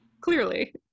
Clearly